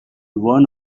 one